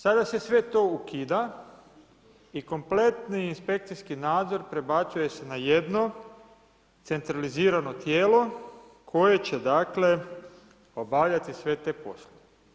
Sada se sve to ukida i kompletni inspekcijski nadzor prebacuje se na jedno, centralizirano tijelo koje će dakle, obavljati sve te poslove.